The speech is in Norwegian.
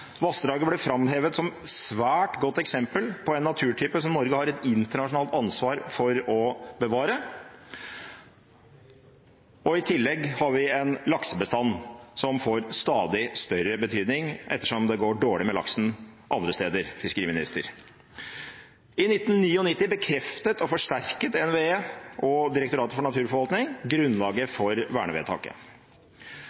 Vassdraget ble framhevet som et svært godt eksempel på en naturtype som Norge har et internasjonalt ansvar for å bevare. I tillegg har vi en laksebestand som får stadig større betydning, ettersom det går dårlig med laksen andre steder – til fiskeriministeren. I 1999 bekreftet og forsterket NVE og Direktoratet for naturforvaltning grunnlaget